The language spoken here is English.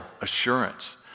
assurance